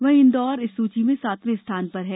वहीं इंदौर इस सूची में सातवें स्थान पर है